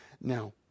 now